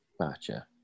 Gotcha